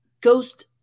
ghost